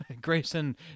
Grayson